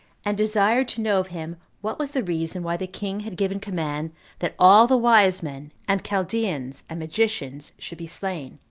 and desired to know of him what was the reason why the king had given command that all the wise men, and chaldeans, and magicians should be slain.